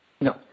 No